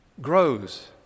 grows